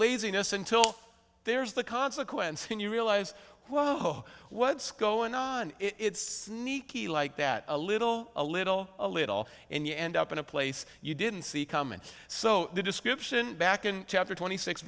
laziness until there's the consequence when you realize well whoa what's going on it's sneaky like that a little a little a little and you end up in a place you didn't see coming so the description back in chapter twenty six